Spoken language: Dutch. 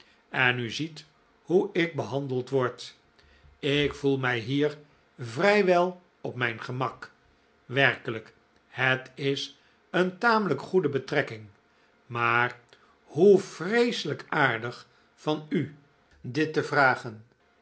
en u ziet hoe ik behandeld word ik voel mij hier vrijwel op mijn gemak werkelijk het is een tamelijk goede betrekking maar hoe vreeselijk aardig van u dit te vragen